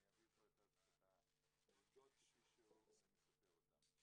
אבל אני אקריא פה את העובדות כפי שהוא מספר אותן.